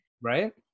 Right